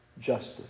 justice